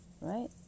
right